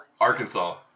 Arkansas